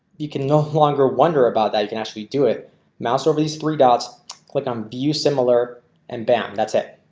you can no longer wonder about that. you can actually do it mouse over these three dots click on view similar and bam. that's it.